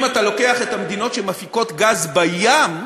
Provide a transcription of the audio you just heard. אם אתה לוקח את המדינות שמפיקות גז בים,